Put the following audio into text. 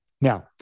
Now